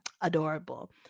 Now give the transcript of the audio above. Adorable